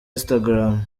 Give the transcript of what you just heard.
instagram